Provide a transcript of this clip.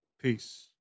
Peace